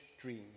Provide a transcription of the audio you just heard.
dream